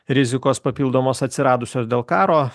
rizikos papildomos atsiradusios dėl karo